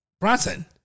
Bronson